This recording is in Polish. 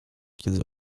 kiedy